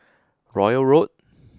Royal Road